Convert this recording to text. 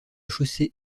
chaussée